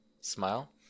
smile